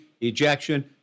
ejection